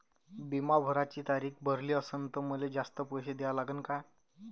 बिमा भराची तारीख भरली असनं त मले जास्तचे पैसे द्या लागन का?